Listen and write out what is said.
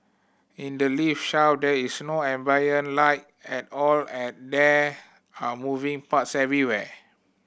in the lift shaft there is no ambient light at all and there are moving parts everywhere